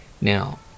Now